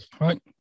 Right